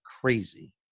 crazy